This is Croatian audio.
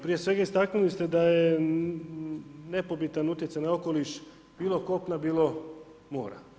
Prije svega, istaknuli ste da je nepobitan utjecaj na okoliš bilo kopna, bilo mora.